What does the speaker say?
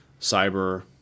cyber